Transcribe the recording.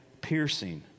piercing